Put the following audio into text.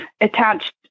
attached